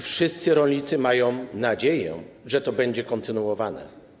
Wszyscy rolnicy mają nadzieję, że to będzie kontynuowane.